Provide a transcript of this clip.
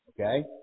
Okay